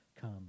come